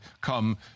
come